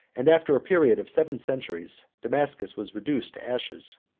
and after a period of seven centuries, damascus was reduced to ashes,